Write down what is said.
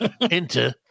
Enter